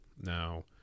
Now